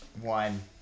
One